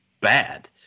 bad